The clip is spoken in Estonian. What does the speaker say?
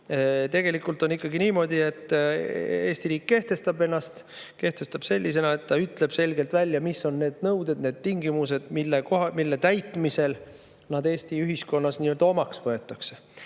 Tegelikult on ikkagi niimoodi, et Eesti riik kehtestab ennast ja kehtestab niimoodi, et ta ütleb selgelt välja, mis on need nõuded ja need tingimused, mille täitmisel nad Eesti ühiskonnas omaks võetakse.